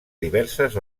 diverses